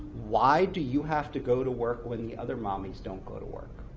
why do you have to go to work, when the other mommies don't go to work?